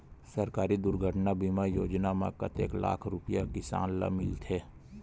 सहकारी दुर्घटना बीमा योजना म कतेक लाख रुपिया किसान ल मिलथे?